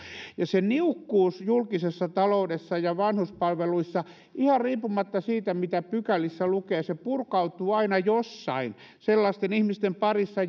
ja se niukkuus julkisessa taloudessa ja vanhuspalveluissa ihan riippumatta siitä mitä pykälissä lukee purkautuu aina jossain sellaisten ihmisten parissa